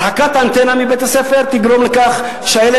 הרחקת האנטנה מבית-הספר תגרום לכך שהילד